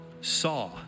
saw